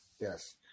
Yes